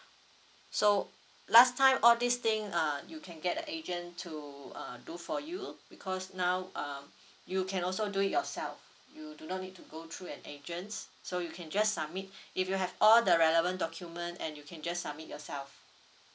so last time all this thing uh you can get the agent to uh do for you because now uh you can also do it yourself you do not need to go through an agents so you can just submit if you have all the relevant document and you can just submit yourself